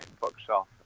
bookshelf